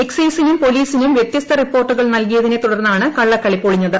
എക്സ്സൈസിനും പോലീസിനും വ്യത്യസ്ത റിപോർട്ടുകൾ നൽകിയതിനെ തുടർന്നാണ് കള്ളക്കളി പൊളിഞ്ഞത്